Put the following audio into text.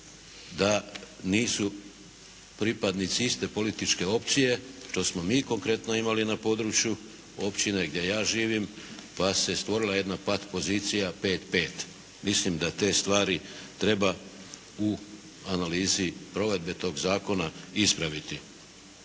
da nisu pripadnici iste političke opcije što smo mi konkretno imali na području općine gdje ja živim, pa se stvorila jedna pat pozicija pet-pet. Mislim da te stvari treba u analizi provedbe tog zakona ispraviti.